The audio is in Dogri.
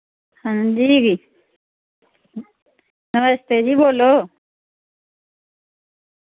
हां जी नमस्ते जी बोल्लो